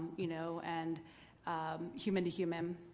you know, and human to human?